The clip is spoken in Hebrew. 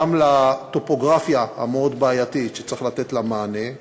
גם לטופוגרפיה המאוד-בעייתית שצריך לתת לה מענה,